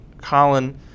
Colin